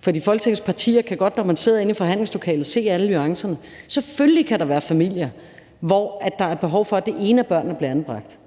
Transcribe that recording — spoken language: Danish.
For Folketingets partier kan godt, når man sidder inde i forhandlingslokalet, se alle nuancerne. Selvfølgelig kan der være familier, hvor der er behov for, at det ene af børnene bliver anbragt